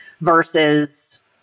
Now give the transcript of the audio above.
versus